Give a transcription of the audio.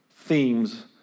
themes